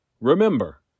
Remember